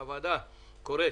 הוועדה קוראת